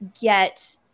get